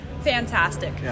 fantastic